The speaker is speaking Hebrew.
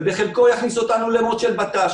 ובחלקו יכניס אותו ל-mode של בט"ש.